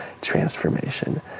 transformation